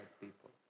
people